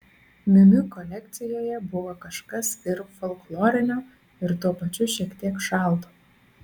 miu miu kolekcijoje buvo kažkas ir folklorinio ir tuo pačiu šiek tiek šalto